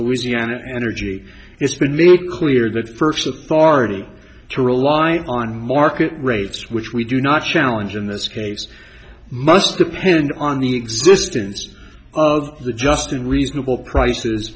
louisiana energy it's been made clear that the first authority to rely on market rates which we do not challenge in this case must depend on the existence of the just and reasonable prices